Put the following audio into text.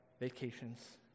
vacations